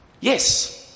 Yes